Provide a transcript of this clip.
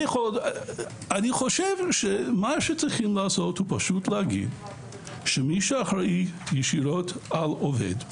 מה שצריכים לעשות זה פשוט להגיד שמי שאחראי ישירות על עובד,